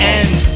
end